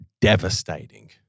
devastating